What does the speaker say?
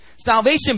Salvation